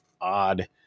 odd